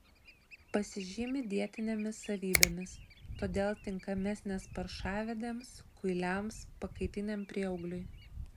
pasižymi dietinėmis savybėmis todėl tinkamesnės paršavedėms kuiliams pakaitiniam prieaugliui